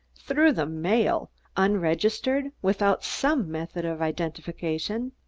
through the mail unregistered without some method of identification!